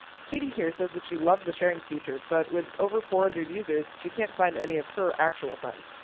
katie here says that she loves the sharing feature. but with over four hundred users, she can't find any of her actual friends.